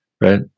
right